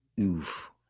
Oof